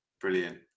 brilliant